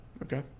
Okay